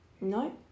No